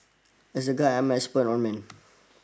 as a guy I'm an expert on men